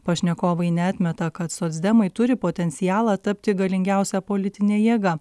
pašnekovai neatmeta kad socdemai turi potencialą tapti galingiausia politine jėga